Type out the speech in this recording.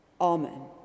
Amen